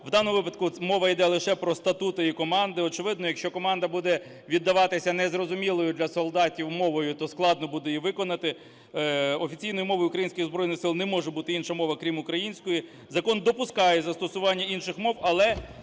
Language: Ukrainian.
В даному випадку мова йде лише про статути і команди. Очевидно, якщо команда буде віддавати незрозумілою для солдатів мовою, то складно буде її виконати. Офіційною мовою українських Збройних Сил не може бути інша мова крім української. Закон допускає застосування інших мов, але